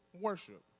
worship